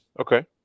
Okay